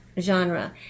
genre